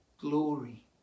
glory